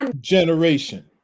generation